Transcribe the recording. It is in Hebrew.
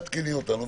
עדכני אותנו,